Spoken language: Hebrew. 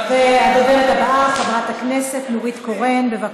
הדוברת הבאה, חברת הכנסת נורית קורן, בבקשה.